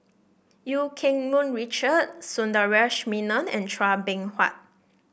Eu Keng Mun Richard Sundaresh Menon and Chua Beng Huat